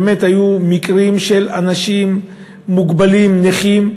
באמת, היו מקרים של אנשים מוגבלים, נכים,